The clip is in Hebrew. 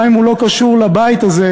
גם אם הוא לא קשור לבית הזה,